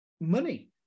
money